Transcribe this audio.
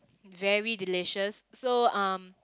very delicious so um